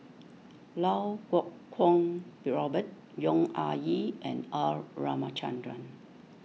Lau Kuo Kwong Robert Yong Ah Kee and R Ramachandran